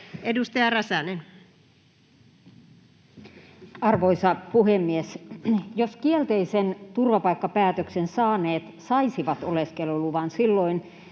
16:17 Content: Arvoisa puhemies! Jos kielteisen turvapaikkapäätöksen saaneet saisivat oleskeluluvan, silloin